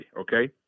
okay